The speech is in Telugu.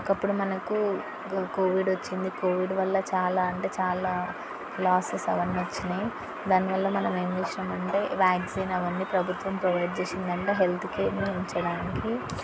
ఒకప్పుడు మనకు కోవిడ్ వచ్చింది కోవిడ్ వల్ల చాలా అంటే చాలా లాసెస్ అవన్నీ వచ్చినాయి దానివల్ల మనం ఏం చేసాము అంటే వ్యాక్సిన్ అవన్నీ ప్రభుత్వం ప్రొవైడ్ చేసింది అండ్ హెల్త్ కేర్ను ఉంచడానికి